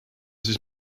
siis